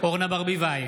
אורנה ברביבאי,